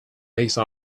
lace